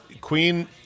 Queen